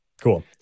Cool